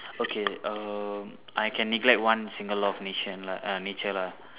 okay um I can neglect one single law of nature err nature lah